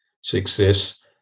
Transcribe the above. success